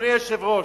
אדוני היושב-ראש,